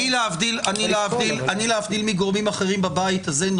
להבדיל מגורמים אחרי בבית הזה,